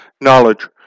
knowledge